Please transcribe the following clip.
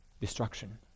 destruction